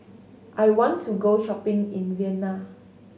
I want to go shopping in Vienna